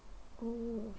oo